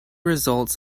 results